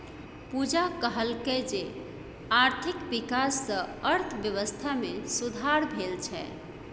पूजा कहलकै जे आर्थिक बिकास सँ अर्थबेबस्था मे सुधार भेल छै